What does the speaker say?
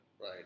Right